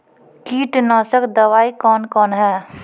कीटनासक दवाई कौन कौन हैं?